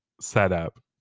setup